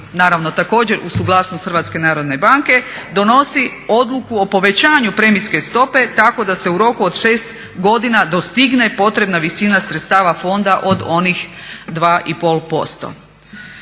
naravno također uz suglasnost HNB-a donosi odluku o povećanju premijske stope tako da se u roku od 6 godina dostigne potrebna visina sredstava fonda od onih 2,5%.